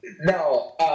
no